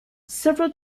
several